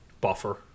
buffer